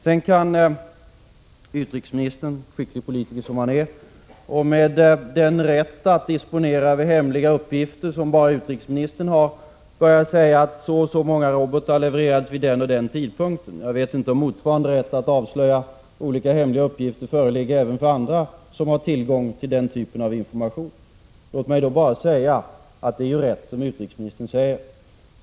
Sedan kan utrikesministern, skicklig politiker som han är, med den rätt att disponera över hemliga uppgifter som bara utrikesministern har, säga att så och så många robotar leverades vid den och den tidpunkten. Jag vet inte om motsvarande rätt att avslöja olika hemliga uppgifter föreligger även för andra som har tillgång till den typen av information. Låt mig då bara framhålla att det som utrikesministern säger är riktigt.